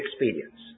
experience